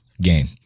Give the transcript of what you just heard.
game